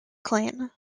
clan